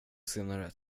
senare